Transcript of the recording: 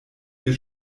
ihr